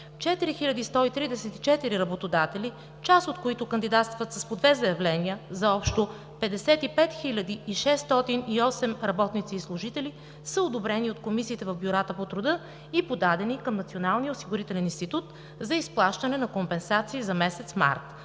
4134 работодатели, част от които кандидатстват с по две заявления за общо 55 608 работници и служители, са одобрени от комисиите в бюрата по труда и подадени към Националния осигурителен институт за изплащане на компенсации за месец март.